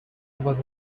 was